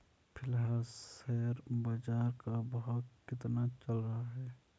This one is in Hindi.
फिलहाल शेयर बाजार का भाव कितना चल रहा है?